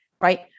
right